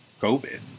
COVID